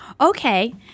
Okay